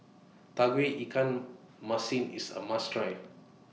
Tauge Ikan Masin IS A must Try